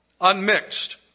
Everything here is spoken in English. unmixed